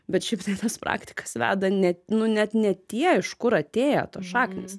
bet šiaip tai tas praktikas veda ne nu net ne tie iš kur atėję tos šaknys